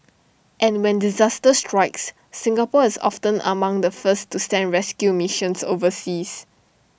and when disaster strikes Singapore is often among the first to send rescue missions overseas